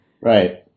Right